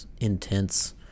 intense